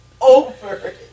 Over